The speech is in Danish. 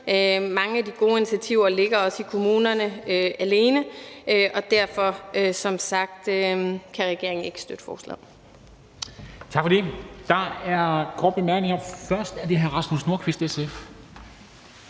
Mange af de gode initiativer ligger også i kommunerne alene, og derfor kan regeringen som sagt ikke støtte forslaget.